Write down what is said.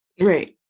Right